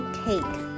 cake